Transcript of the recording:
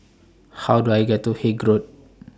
How Do I get to Haig Road